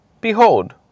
Behold